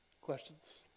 Questions